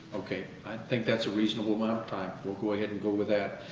ok. i think that's a reasonable amount of time. we'll go ahead and go with that.